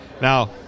Now